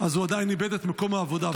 הוא עדיין איבד את מקום העבודה בשביל זה.